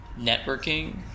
networking